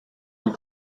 and